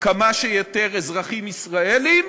כמה שיותר אזרחים ישראלים,